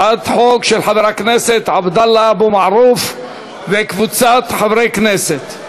הצעת חוק של חבר הכנסת עבדאללה אבו מערוף וקבוצת חברי כנסת.